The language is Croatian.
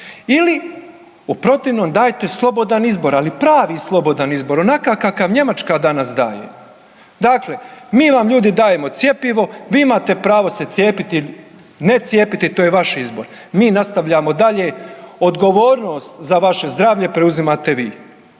ili u protivnom dajte slobodan izbor, ali pravi slobodan izbor, onakav kakav Njemačka danas daje. Dakle, mi vam ljudi dajemo cjepivo, vi imate pravo se cijepiti, ne cijepiti, to je vaš izbor, mi nastavljamo dalje, odgovornost za vaše zdravlje preuzimate vi